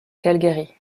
calgary